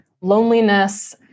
loneliness